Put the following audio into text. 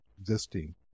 existing